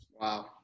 Wow